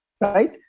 Right